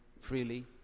freely